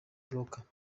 broker